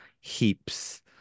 heaps